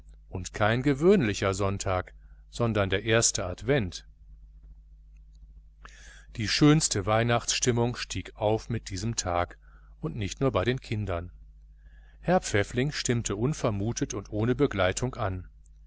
und kein gewöhnlicher sonntag sondern der erste advent die schönste weihnachtsstimmung stieg auf mit diesem tag und nicht nur bei den kindern herr pfäffling stimmte unvermutet und ohne begleitung an